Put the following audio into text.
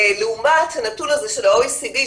לעומת הנתון הזה של ה-OECD,